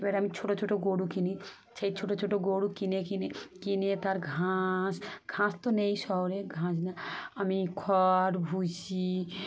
এবারবার আমি ছোটো ছোটো গরু কিনি সেই ছোটো ছোটো গরু কিনে কিনে কিনে তার ঘাস ঘাস তো নেই শহরে ঘাস না আমি খড় ভুষি